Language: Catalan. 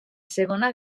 segona